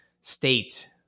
state